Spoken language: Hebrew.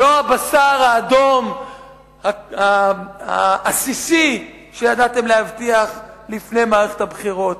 לא הבשר האדום העסיסי שידעתם להבטיח לפני מערכת הבחירות.